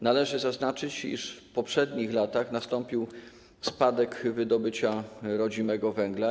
Należy zaznaczyć, iż w poprzednich latach nastąpił spadek wydobycia rodzimego węgla.